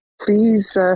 Please